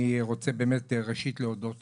אני רוצה באמת ראשית להודות